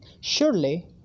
Surely